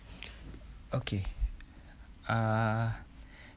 okay uh